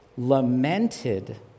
lamented